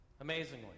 amazingly